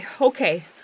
Okay